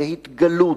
להתגלות,